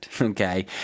Okay